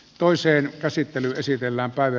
toiseen käsittely esitellään päivä